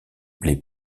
les